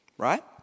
right